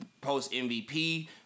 post-MVP